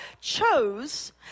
chose